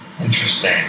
Interesting